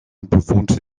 bewohnte